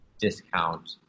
discount